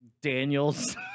Daniels